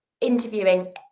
interviewing